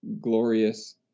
glorious